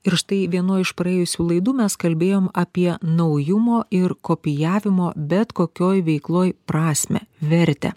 ir štai vienoj iš praėjusių laidų mes kalbėjom apie naujumo ir kopijavimo bet kokioj veikloj prasmę vertę